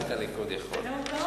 רק הליכוד יכול.